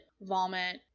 vomit